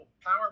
power